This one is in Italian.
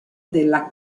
della